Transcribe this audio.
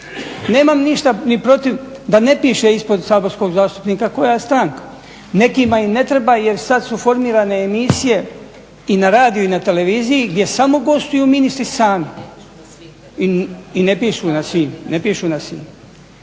Nemam ništa ni protiv da ne piše ispod saborskog zastupnika koja je stranka. Nekima i ne treba jer sad su formirane emisije i na radiju i na televiziji gdje samo gostuju ministri sami i ne pišu na svim.